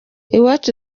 iwacu